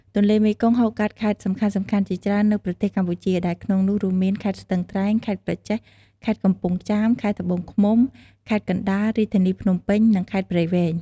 ទន្លេមេគង្គហូរកាត់ខេត្តសំខាន់ៗជាច្រើននៅប្រទេសកម្ពុជា ដែលក្នុងនោះរួមមាន ខេត្តស្ទឹងត្រែង ខេត្តក្រចេះ ខេត្តកំពង់ចាម ខេត្តត្បូងឃ្មុំ ខេត្តកណ្តាល រាជធានីភ្នំពេញ និង ខេត្តព្រៃវែង។